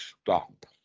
stop